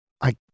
I